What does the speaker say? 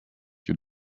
your